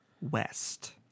West